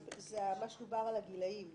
זה מה שדובר על הגילאים.